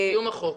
קיום החוק.